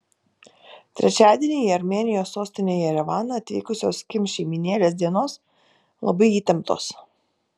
trečiadienį į armėnijos sostinę jerevaną atvykusios kim šeimynėlės dienos labai įtemptos